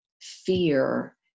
fear